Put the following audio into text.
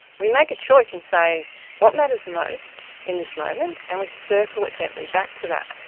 we make a choice and say what matters most in this moment and we circle it gently back to that,